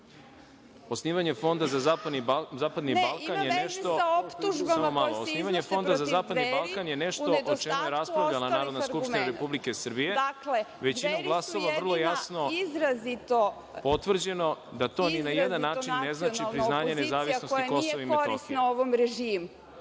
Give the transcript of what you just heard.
Osnivanje Fonda za zapadni Balkan je nešto o čemu je raspravljala Narodna skupština RS, većinom glasova, vrlo jasno potvrđeno da to ni na jedan način ne znači priznanje nezavisnosti Kosova i Metohije.